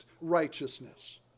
righteousness